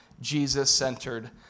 Jesus-centered